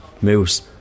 Moose